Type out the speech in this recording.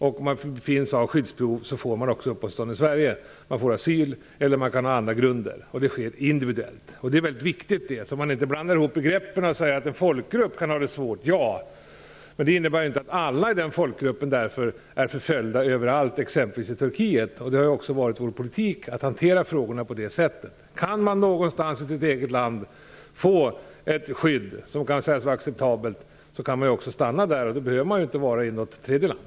Befinns man ha skyddsbehov, får man uppehållstillstånd i Sverige. Man får asyl - det kan också finnas andra grunder. Detta sker individuellt och det är väldigt viktigt. Man får inte blanda ihop begreppen och säga att en folkgrupp kan ha det svårt. Men det innebär inte att alla i den folkgruppen därför är förföljda överallt, exempelvis i Turkiet. Det har varit vår politik att hantera frågorna på det sättet. Om man alltså någonstans i sitt eget land kan få ett skydd som kan sägas vara acceptabelt, så kan man stanna där. Då behöver man inte vara i ett tredje land.